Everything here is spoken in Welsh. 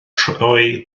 troi